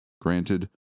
Granted